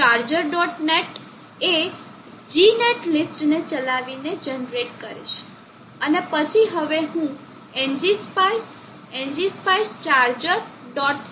net એ gnet લીસ્ટને ચલાવીને જનરેટ કરીશ અને પછી હવે હું ng spice ngspice charger